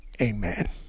Amen